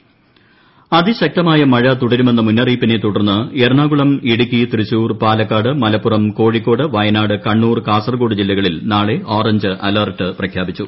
മു കേരളം അതിശക്തമായ മഴ തുടരുമെന്ന മുന്നറിയിപ്പിനെ തുടർന്ന് എറണാകുളം ഇടുക്കി തൃശൂർ പാലക്കാട് മലപ്പുറം കോഴിക്കോട് വയനാട് കണ്ണൂർ കാസറഗോഡ് നാളെ ഓറഞ്ച് അലർട്ട് പ്രഖ്യാപിച്ചു